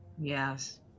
Yes